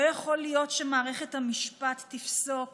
לא יכול להיות שמערכת המשפט תפסוק